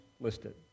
listed